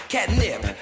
Catnip